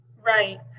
Right